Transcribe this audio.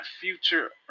future